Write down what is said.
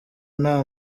nta